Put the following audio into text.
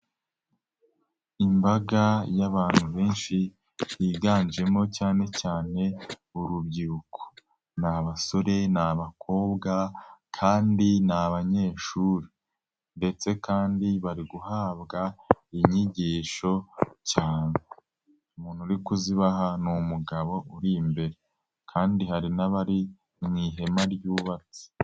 Imbaga y'abantu benshi biganjemo cyane cyane urubyiruko. Ni abasore ni abakobwa kandi ni abanyeshuri ndetse kandi bari guhabwa inyigisho cyane. Umuntu uri kuzibaha ni umugabo uri imbere kandi hari n'abari mu ihema ryubatse.